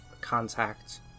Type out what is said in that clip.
contact